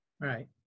Right